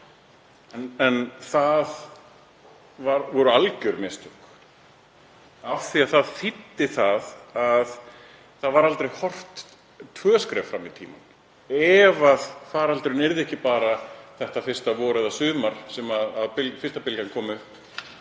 En það voru alger mistök af því að það þýddi að það var aldrei horft tvö skref fram í tímann. Ef faraldurinn yrði ekki bara þetta fyrsta vor eða sumar sem fyrsta bylgjan kom upp,